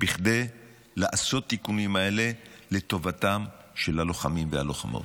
כדי לעשות את התיקונים האלה לטובתם של הלוחמים והלוחמות.